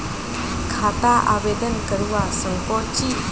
खाता आवेदन करवा संकोची?